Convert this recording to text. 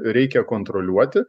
reikia kontroliuoti